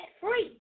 free